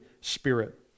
Spirit